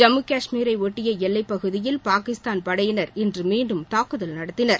ஜம்மு காஷ்மீரை ஒட்டிய எல்லை பகுதியில் பாகிஸ்தான் படையினர் இன்று மீண்டும் தாக்குதல் நடத்தனர்